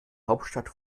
hauptstadt